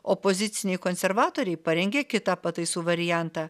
opoziciniai konservatoriai parengė kitą pataisų variantą